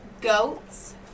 Goats